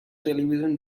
television